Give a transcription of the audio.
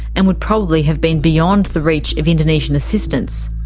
and would probably have been beyond the reach of indonesian assistance.